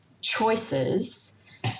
choices